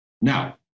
Now